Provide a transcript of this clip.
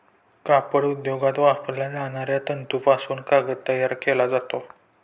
कापड उद्योगात वापरल्या जाणाऱ्या तंतूपासून कागद तयार केला जातो